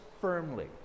firmly